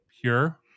pure